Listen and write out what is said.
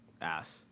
Ass